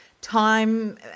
time